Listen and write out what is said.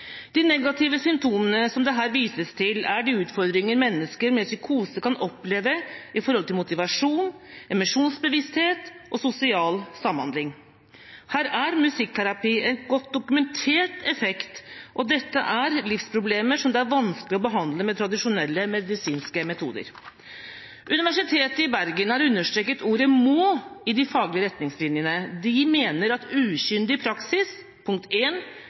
De negative symptomene som det her vises til, er de utfordringer mennesker med psykose kan oppleve med hensyn til motivasjon, emosjonsbevissthet og sosial samhandling. Her er musikkterapi en godt dokumentert effekt. Dette er livsproblemer som det er vanskelig å behandle med tradisjonelle medisinske metoder. Universitetet i Bergen har understreket ordet «må» i de faglige retningslinjene. De mener at ukyndig praksis representerer en